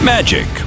magic